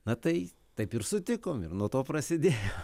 na tai taip ir sutikom ir nuo to prasidėjo